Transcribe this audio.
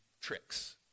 tricks